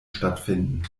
stattfinden